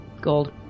Gold